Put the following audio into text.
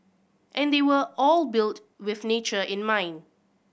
and they were all built with nature in mind